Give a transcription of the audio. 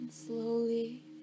Slowly